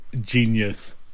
Genius